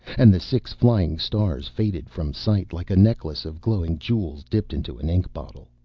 and the six flying stars faded from sight like a necklace of glowing jewels dipped into an ink bottle.